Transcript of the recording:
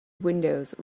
windows